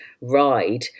ride